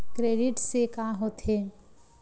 Credit से का होथे?